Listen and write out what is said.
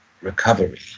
recovery